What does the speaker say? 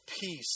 peace